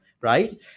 Right